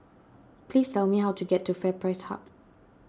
please tell me how to get to FairPrice Hub